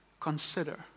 Consider